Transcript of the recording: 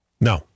No